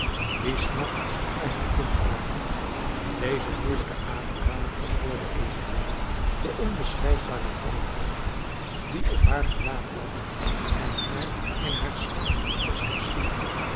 die s nachts bij haar kind waakt deze moeielijke ademhaling verstoorde evenwel de onbeschrijfbare kalmte niet die op haar gelaat lag en haar in haar slaap als